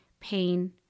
pain